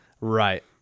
Right